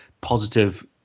positive